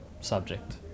subject